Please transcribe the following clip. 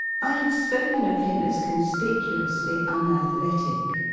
i have spoken of him as conspicuously unathletic.